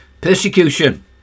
Persecution